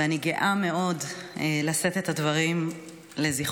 ואני גאה מאוד לשאת את הדברים לזכרו.